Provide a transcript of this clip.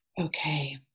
Okay